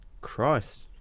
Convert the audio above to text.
christ